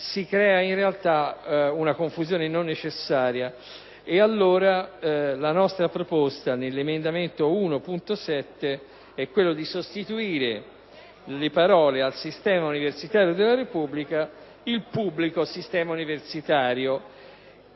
si crea, in realtà, una confusione non necessaria. Allora, la nostra proposta nell'emendamento 1.7 è di sostituire le parole: «al sistema universitario della Repubblica» con le seguenti: «al pubblico sistema universitario».